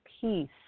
peace